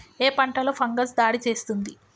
ఏ పంటలో ఫంగస్ దాడి చేస్తుంది?